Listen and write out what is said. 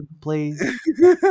please